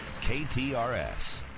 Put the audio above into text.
KTRS